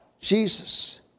Jesus